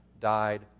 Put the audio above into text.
died